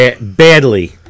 Badly